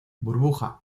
burbuja